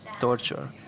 torture